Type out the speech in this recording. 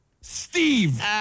Steve